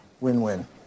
Win-win